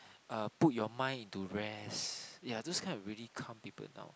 uh put your mind into rest yeah those kind will really calm people down